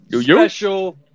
special